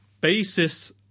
basis